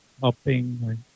helping